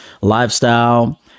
lifestyle